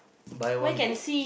by one get